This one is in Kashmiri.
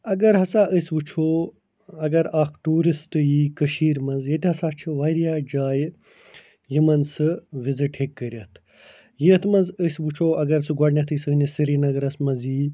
اگر ہَسا أسۍ وُچھو اگر اکھ ٹیٛوٗرسٹہٕ یی کٔشیٖرِ منٛز ییٚتہِ ہَسا چھُ وارِیاہ جایہِ یِمن سُہ وِزِٹ ہٮ۪کہِ کٔرِتھ یَتھ منٛز أسۍ وُچھو اگر سُہ گۄڈنٮ۪تھٕے سٲنِس سریٖنگرس منٛز یی